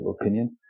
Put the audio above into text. opinion